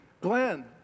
Glenn